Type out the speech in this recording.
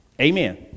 amen